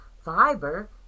fiber